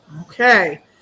okay